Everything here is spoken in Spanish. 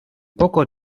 poco